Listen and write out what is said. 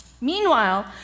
Meanwhile